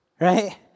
right